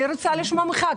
אני רוצה לשמוע ממך,